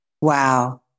Wow